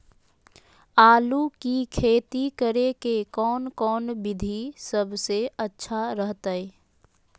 आलू की खेती करें के कौन कौन विधि सबसे अच्छा रहतय?